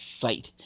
sight